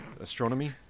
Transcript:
astronomy